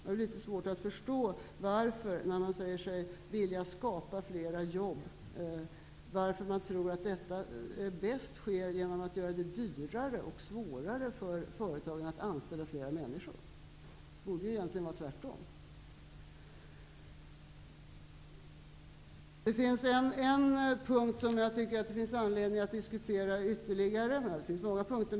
När man säger sig vilja skapa flera jobb, har jag litet svårt att förstå varför man tror att detta bäst sker om man gör det dyrare och svårare för företagen att anställa flera människor. Det borde egentligen vara tvärtom. Det finns en punkt som jag tycker att det finns anledning att diskutera ytterligare -- det gäller i och för sig för många punkter.